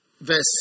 verse